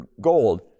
gold